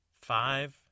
five